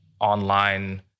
online